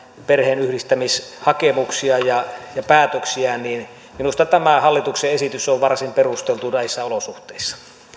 perheenyhdistämishakemuksia ja ja päätöksiä niin minusta tämä hallituksen esitys on varsin perusteltu näissä olosuhteissa